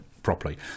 properly